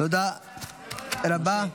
תודה רבה.